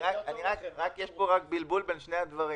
יש פה בלבול בין שני דברים.